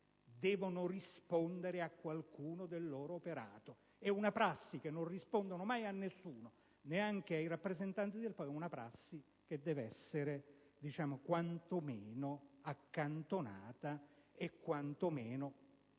devono rispondere a qualcuno del loro operato. È una prassi che non rispondono mai a nessuno, neanche ai rappresentanti del popolo: una prassi che deve essere quanto meno accantonata e